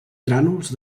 grànuls